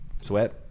sweat